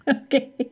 Okay